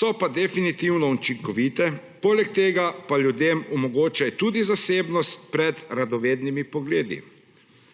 so pa definitivno učinkovite, poleg tega pa ljudem omogočajo tudi zasebnost pred radovednimi pogledi.